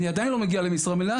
אני עדיין לא מגיע למשרה מלאה,